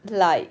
like